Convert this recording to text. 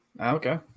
Okay